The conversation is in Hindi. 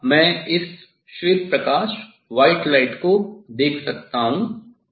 अब मैं इस श्वेत प्रकाश को देख सकता हूं